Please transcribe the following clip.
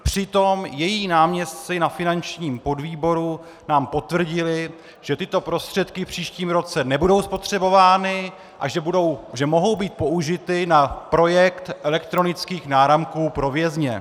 Přitom její náměstci na finančním podvýboru nám potvrdili, že tyto prostředky v příštím roce nebudou spotřebovány a že mohou být použity na projekt elektronických náramků pro vězně.